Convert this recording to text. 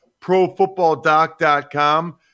profootballdoc.com